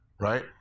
right